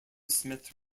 smith